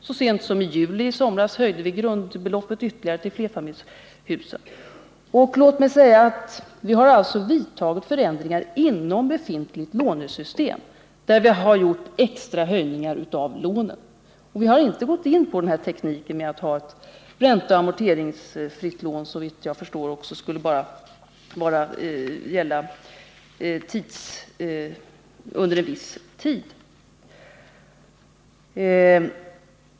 Så sent som i juli höjde vi grundbeloppet för flerfamiljshus ytterligare. Vi har alltså vidtagit förändringar inom befintligt lånesystem och företagit extra höjningar av lånen. Vi har inte gått in på tekniken med ett ränteoch amorteringsfritt lån, vilket dessutom såvitt jag förstår bara skulle gälla under en viss tid.